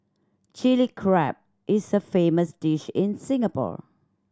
Chilli Crab is a famous dish in Singapore